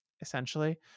essentially